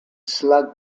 slug